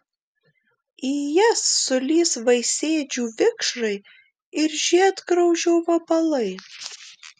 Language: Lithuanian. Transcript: į jas sulįs vaisėdžių vikšrai ir žiedgraužio vabalai